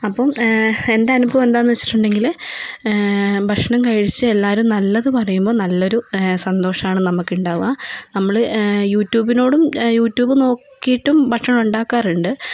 അപ്പം എൻ്റെ അനുഭവം എന്താന്ന് വെച്ചിട്ടുണ്ടെങ്കില് ഭക്ഷണം കഴിച്ച് എല്ലാവരും നല്ലത് പറയുമ്പോൾ നല്ലൊരു സന്തോഷമാണ് നമുക്ക് ഉണ്ടാവുക നമ്മള് യുട്യൂബിനോടും യുട്യൂബ് നോക്കിയിട്ടും ഭക്ഷണം ഉണ്ടാക്കാറുണ്ട്